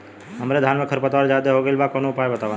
हमरे धान में खर पतवार ज्यादे हो गइल बा कवनो उपाय बतावा?